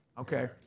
Okay